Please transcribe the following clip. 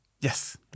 yes